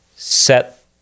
set